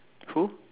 who